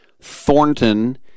Thornton